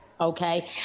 okay